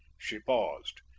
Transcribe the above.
she paused,